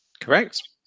Correct